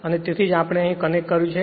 અને તેથી જ આપણે અહીં કનેક્ટ કર્યું છે